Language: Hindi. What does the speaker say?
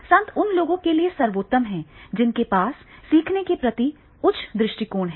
संत उन लोगों के लिए सर्वोत्तम है जिनके पास सीखने के प्रति उच्च दृष्टिकोण है